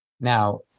Now